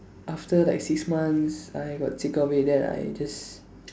after like six months I got sick of it then I just